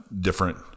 different